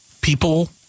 people